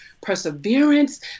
perseverance